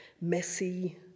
messy